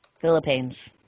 Philippines